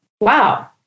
wow